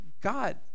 God